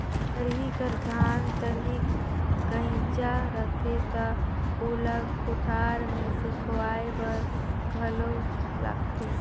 खरही कर धान तनिक कइंचा रथे त ओला कोठार मे सुखाए बर घलो लगथे